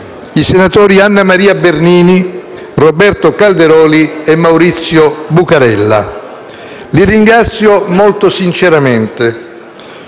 i senatori Anna Maria Bernini, Roberto Calderoli e Maurizio Buccarella. Li ringrazio molto sinceramente,